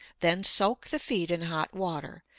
then soak the feet in hot water,